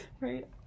Right